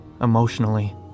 emotionally